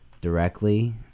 directly